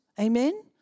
Amen